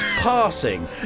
passing